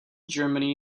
germany